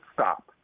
stop